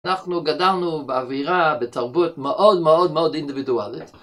אנחנו גדלנו באווירה, בתרבות, מאוד מאוד מאוד אינדיבידואלית